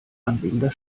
anliegender